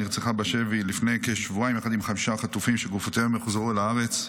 שנרצחה בשבי לפני כשבועיים יחד עם חמישה חטופים שגופותיהם הוחזרו לארץ.